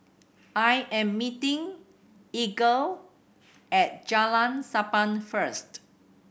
I am meeting Edgar at Jalan Sappan first